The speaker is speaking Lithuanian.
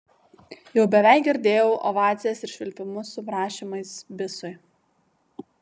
jau beveik girdėjau ovacijas ir švilpimus su prašymais bisui